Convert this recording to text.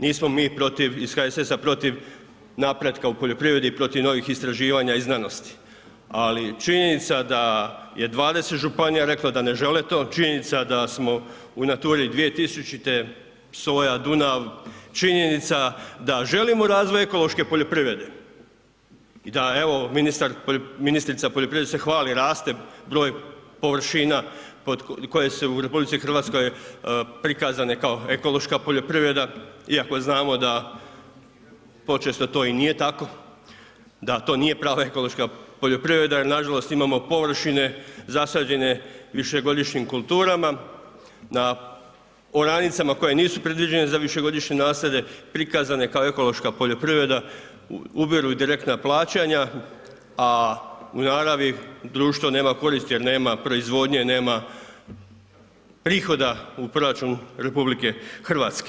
Nismo mi iz HSS-a protiv napretka u poljoprivredi, protiv novih istraživanja i znanosti ali činjenica da je 20 županija reklo da ne žele to, činjenica da smo u Naturi 2000, Soja Dunav, činjenica da želimo razvoj ekološke poljoprivrede i da evo ministrica poljoprivrede se hvali, raste broj površina koje su u RH prikazane kao ekološka poljoprivreda iako znamo da počesto to i nije tako, da to nije prava ekološka poljoprivreda jer nažalost imamo površine zasađene višegodišnjim kulturama na oranicama koje nisu predviđene za višegodišnje nasade, prikazane kao ekološka poljoprivreda, ubiru i direktna plaćanja a u naravni društvo nema koristi jer nema proizvodnje, nema prihoda u proračunu RH.